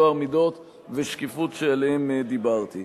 טוהר מידות ושקיפות שעליהם דיברתי.